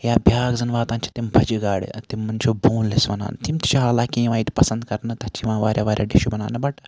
یا بیاکھ زَن واتان چھِ تِم بَجہِ گاڈٕ تِمَن چھِ بون لیٚس وَنان تِم تہِ چھِ حالانٛکہِ یِوان ییٚتہِ پَسَنٛد کَرنہٕ تَتھ چھِ یِوان واریاہ واریاہ ڈِشہِ بَناونہٕ بَٹ